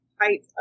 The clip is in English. height